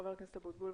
ח"כ אבוטבול בבקשה.